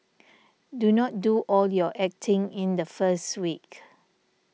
do not do all your acting in the first week